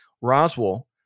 Roswell